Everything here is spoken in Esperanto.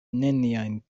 neniajn